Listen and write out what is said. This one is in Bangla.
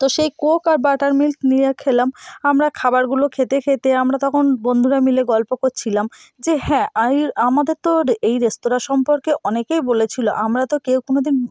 তো সেই কোক আর বাটার মিল্ক নিয়ে খেলাম আমরা খাবারগুলো খেতে খেতে আমরা তখন বন্ধুরা মিলে গল্প করছিলাম যে হ্যাঁ এই আমাদের তো এই রেস্তোরাঁ সম্পর্কে অনেকেই বলেছিলো আমরা তো কেউ কোনো দিন